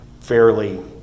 fairly